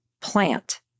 plant